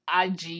IG